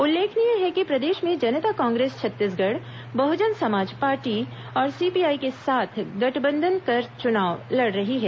उल्लेखनीय है कि प्रदेश में जनता कांग्रेस छत्तीसगढ़ बहुजन समाज पार्टी और सीपीआई के साथ गठबंधन कर चुनाव लड़ रही है